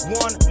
one